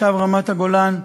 תושב רמת-הגולן,